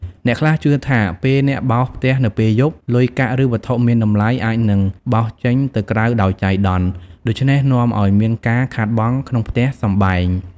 អ្នកខ្លះជឿថា ពេលអ្នកបោសផ្ទះនៅពេលយប់ លុយកាក់ឬវត្ថុមានតម្លៃអាចនឹងបោសចេញទៅក្រៅដោយចៃដន្យ ដូច្នេះនាំឱ្យមានការខាតបង់ក្នុងផ្ទះសម្បែង។